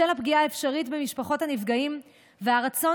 בשל הפגיעה האפשרית במשפחות הנפגעים והרצון